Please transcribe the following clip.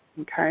okay